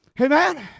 Amen